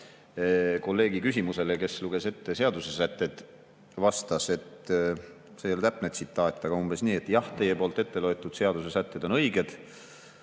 kolleegi küsimusele, kes luges ette seaduse sätteid, et – see ei ole täpne tsitaat, aga umbes nii – jah, teie poolt ette loetud seaduse sätted on õiged,